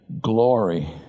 glory